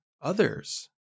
others